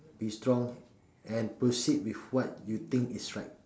be strong and proceed with what you think is right